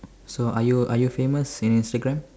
so are you are you famous in Instagram